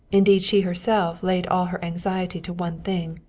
indeed she herself laid all her anxiety to one thing,